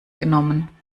genommen